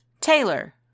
Taylor